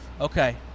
Okay